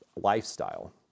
lifestyle